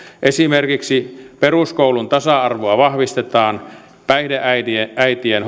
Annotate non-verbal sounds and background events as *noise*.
esimerkiksi peruskoulun tasa arvoa vahvistetaan päihdeäitien päihdeäitien *unintelligible*